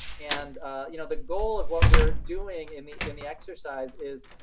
and you know the goal of what we're doing in the in the exercise is